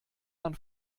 man